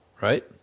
right